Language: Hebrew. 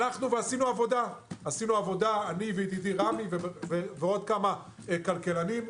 עשינו עבודה, אני וידידי רמי ועוד כמה כלכלנים.